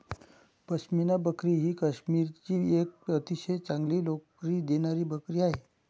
पश्मिना बकरी ही काश्मीरची एक अतिशय चांगली लोकरी देणारी बकरी आहे